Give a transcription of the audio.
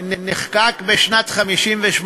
נחקק בשנת 1958,